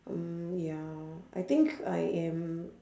mm ya I think I am